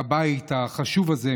בבית החשוב הזה,